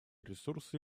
ресурсы